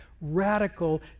radical